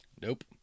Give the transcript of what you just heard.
Nope